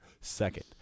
second